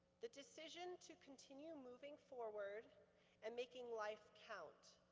the decision to continue moving forward and making life count.